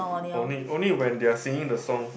only only when they are singing the song